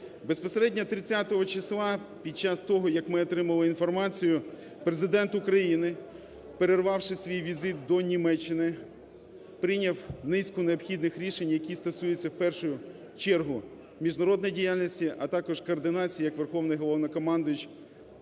Безпосередньо 30 числа під час того, як ми отримали інформацію, Президент України, перервавши свій візит до Німеччини, прийняв низку необхідних рішень, які стосуються, в першу чергу міжнародної діяльності, а також координації як Верховний головнокомандувач